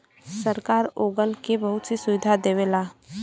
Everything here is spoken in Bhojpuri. सरकार ओगन के बहुत सी सुविधा देवला